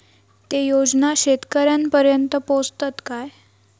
ते योजना शेतकऱ्यानपर्यंत पोचतत काय?